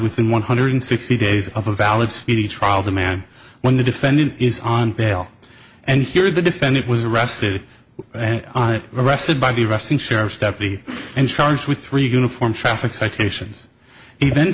within one hundred sixty days of a valid speedy trial demand when the defendant is on bail and here is the defendant was arrested and arrested by the wresting sheriff's deputy and charged with three uniformed traffic citations even